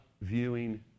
viewing